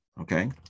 okay